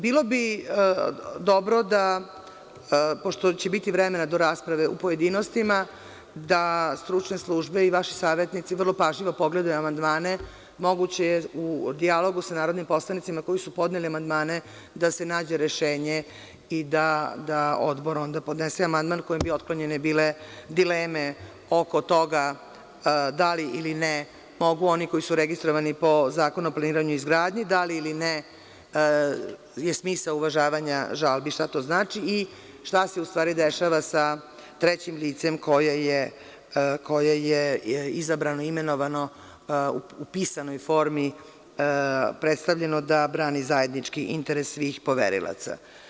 Bilo bi dobro, pošto će biti vremena do rasprave u pojedinostima da stručne službe i vaši savetnici vrlo pažljivo pogledaju amandmane moguće je u dijalogu sa narodnim poslanicima koji su podneli amandmane da se nađe rešenje i da odbor ondapodnese amandman kojim bi otklonjene bile dileme oko toga da li ili ne mogu oni koji su registrovani po Zakonu o planiranju i izgradnji, da li ili ne je smisao uvažavanja žalbi, šta to znači i šta se u stvari dešava sa trećim licem koje je izabrano, imenovano u pisanoj formi predstavljeno da brani zajednički interes svih poverilaca.